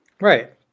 right